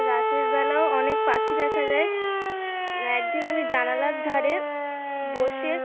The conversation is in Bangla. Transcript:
রাতের বেলাও অনেক পাখি দেখা যায় একদিন আমি জানালার ধারে বসে